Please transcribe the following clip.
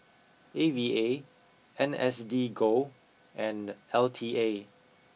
A V A N S D go and L T A